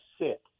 sit